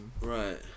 Right